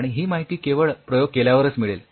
आणि ही माहिती केवळ प्रयोग केल्यावरच मिळेल